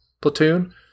platoon